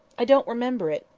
i don't remember it,